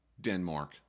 Denmark